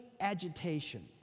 agitation